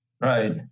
Right